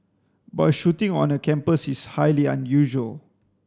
but a shooting on a campus is highly unusual